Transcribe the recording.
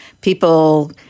people